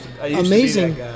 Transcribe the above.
Amazing